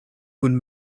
kun